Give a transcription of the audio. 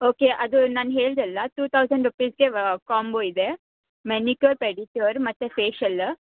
okay ಅದು ನಾನು ಹೇಳಿದೆ ಅಲ್ಲಾ ಟು ತೌಸಂಡ್ ರೂಪಿಸಿಗೆ ಕೊಂಬೋ ಇದೆ ಮೆನಿಕ್ಯೂರ್ ಪೆಡಿಕ್ಯೂರ್ ಮತ್ತೆ ಫೆಷಲ್